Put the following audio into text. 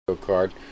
card